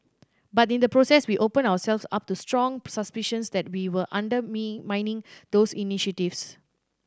but in the process we opened ourselves up to strong suspicions that we were those initiatives